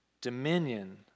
dominion